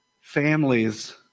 families